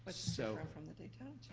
ah so from the daytona